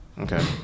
okay